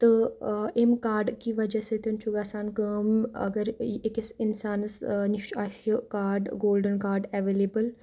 تہٕ ایٚمۍ کارڈ کہِ وجہ سۭتۍ چھُ گژھان کٲم اگر أکِس اِنسانَس نِش آسہِ یہِ کارڈ گولڈَن کارڈ ایٚویلیبٕل